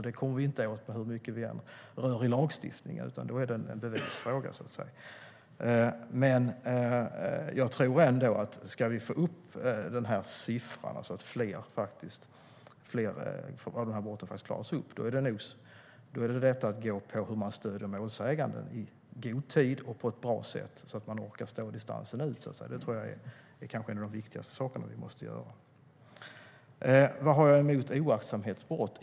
Det kommer vi inte åt hur mycket vi än rör i lagstiftningen, utan det är en bevisfråga. Vad har jag emot oaktsamhetsbrott?